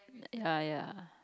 ya ya